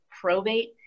probate